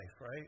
right